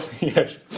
Yes